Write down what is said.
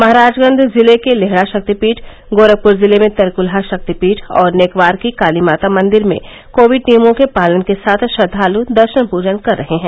महराजगंज जिले के लेहड़ा शक्तिपीठ गोरखपुर जिले में तरक्लहा शक्ति पीठ और नेकवार की काली माता मंदिर में कोविड नियमों के पालन के साथ श्रद्वाल दर्शन पुजन कर रहे हैं